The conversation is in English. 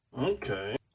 Okay